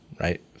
right